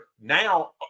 now